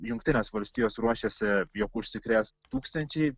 jungtinės valstijos ruošiasi jog užsikrės tūkstančiai